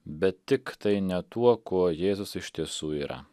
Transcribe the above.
bet tik tai ne tuo kuo jėzus iš tiesų yra